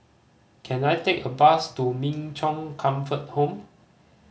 can I take a bus to Min Chong Comfort Home